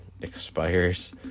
expires